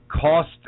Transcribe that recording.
Cost